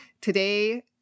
Today